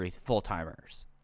full-timers